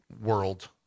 world